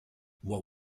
what